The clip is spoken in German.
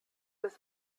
das